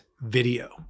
video